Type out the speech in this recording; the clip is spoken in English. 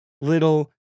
little